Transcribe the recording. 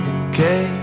okay